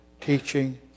teaching